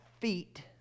feet